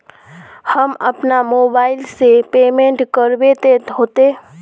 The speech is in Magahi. हम अपना मोबाईल से पेमेंट करबे ते होते?